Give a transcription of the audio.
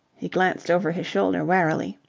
he glanced over his shoulder warily.